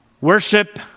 Worship